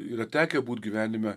yra tekę būt gyvenime